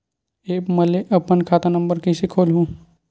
App म ले अपन खाता नम्बर कइसे खोलहु?